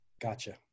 Gotcha